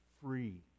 free